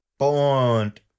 Bond